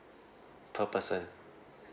per person